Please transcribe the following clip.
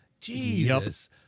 Jesus